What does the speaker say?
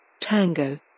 tango